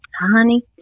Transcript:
Honey